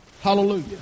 Hallelujah